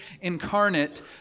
incarnate